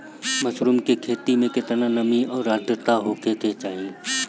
Mushroom की खेती में केतना नमी और आद्रता होखे के चाही?